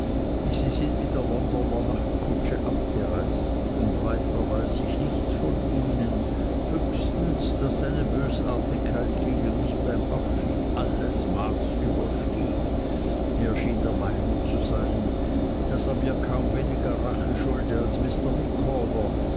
sie sind mit der londoner nachtkutsche abgereist und weiter weiß ich nichts von ihnen höchstens daß seine bösartigkeit gegen mich beim abschied alles maß überstieg er schien der meinung zu sein daß er mir kaum weniger rache schulde als